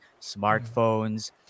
smartphones